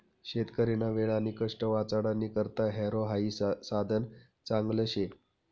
शेतकरीना वेळ आणि कष्ट वाचाडानी करता हॅरो हाई साधन चांगलं शे